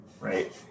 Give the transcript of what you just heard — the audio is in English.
Right